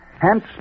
Hence